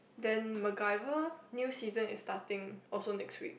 then Mcgyver new season is starting also next week